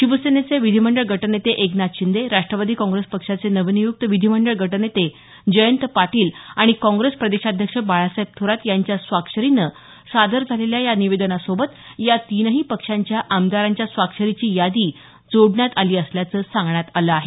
शिवसेनेचे विधीमंडळ गटनेते एकनाथ शिंदे राष्ट्रवादी काँग्रेस पक्षाचे नवनिय्क्त विधीमंडळ गटनेते जयंत पाटील आणि काँग्रेस प्रदेशाध्यक्ष बाळासाहेब थोरात यांच्या स्वाक्षरीने सादर झालेल्या या निवेदनासोबत या तीनही पक्षांच्या आमदारांच्या स्वाक्षरीची यादी जोडण्यात आली असल्याचं सांगण्यात आलं आहे